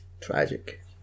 Tragic